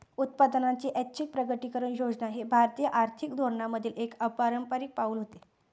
उत्पन्नाची ऐच्छिक प्रकटीकरण योजना हे भारतीय आर्थिक धोरणांमधील एक अपारंपारिक पाऊल होते